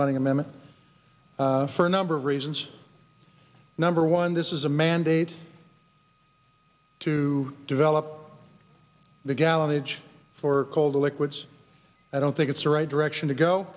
bunning amendment for a number of reasons number one this is a mandate to develop the gallonage for call the liquids i don't think it's the right direction to go